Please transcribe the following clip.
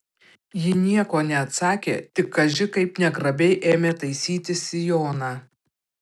ji nieko neatsakė tik kaži kaip negrabiai ėmė taisytis sijoną